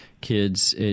kids